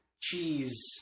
cheese